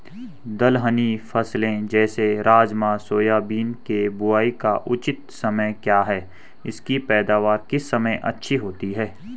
दलहनी फसलें जैसे राजमा सोयाबीन के बुआई का उचित समय क्या है इसकी पैदावार किस समय अच्छी होती है?